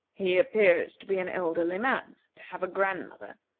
he appears to be an elderly man to have a grandmother,